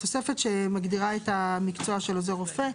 בתוספת שמגדירה את המקצוע של עוזר רופא.